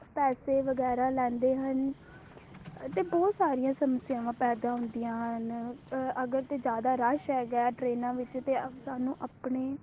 ਪੈਸੇ ਵਗੈਰਾ ਲੈਂਦੇ ਹਨ ਅਤੇ ਬਹੁਤ ਸਾਰੀਆਂ ਸਮੱਸਿਆਵਾਂ ਪੈਦਾ ਹੁੰਦੀਆਂ ਹਨ ਅਗਰ ਤਾਂ ਜ਼ਿਆਦਾ ਰਸ਼ ਹੈਗਾ ਟਰੇਨਾਂ ਵਿੱਚ ਤਾਂ ਸਾਨੂੰ ਆਪਣੇ